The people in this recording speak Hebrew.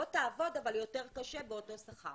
בוא תעבוד אבל יותר קשה באותו שכר.